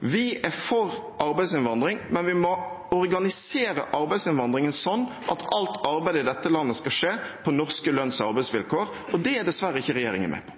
Vi er for arbeidsinnvandring, men vi må organisere arbeidsinnvandringen slik at alt arbeid i dette landet skal skje på norske lønns- og arbeidsvilkår. Det er dessverre ikke regjeringen med på.